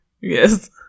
Yes